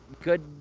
good